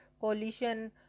coalition